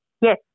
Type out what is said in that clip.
Yes